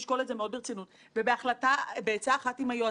אנחנו רק אומרים: צריך ללחוץ יותר על נושא התחרות,